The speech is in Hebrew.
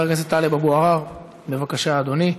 בבקשה, אדוני.